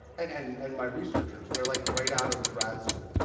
and and and my researchers, they're like right out of grad school.